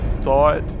thought